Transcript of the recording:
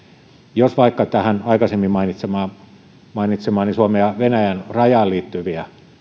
jos vaikka tähän aikaisemmin mainitsemaani mainitsemaani suomen ja venäjän rajaan liittyviä